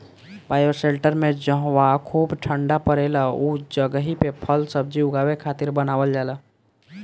bioshelter में जहवा खूब ठण्डा पड़ेला उ जगही पे फल सब्जी उगावे खातिर बनावल जाला